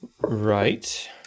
Right